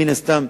מן הסתם,